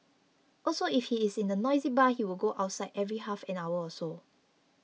also if he is in a noisy bar he would go outside every half an hour or so